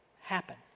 happen